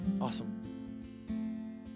Awesome